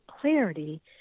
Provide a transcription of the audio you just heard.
clarity